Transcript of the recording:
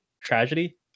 tragedy